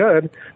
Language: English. good